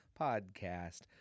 podcast